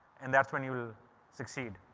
and that's when you will succeed.